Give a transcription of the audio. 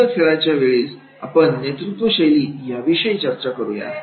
भूमिका खेळण्याच्या वेळी आपण नेतृत्वशैलीविषयी अजून चर्चा करू या